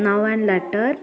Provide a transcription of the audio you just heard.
now and later